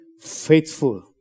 faithful